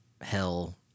hell